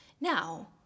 Now